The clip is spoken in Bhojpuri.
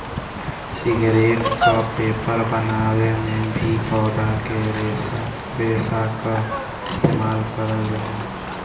सिगरेट क पेपर बनावे में भी पौधा के रेशा क इस्तेमाल करल जाला